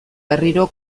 berriro